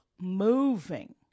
moving